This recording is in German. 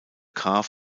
graf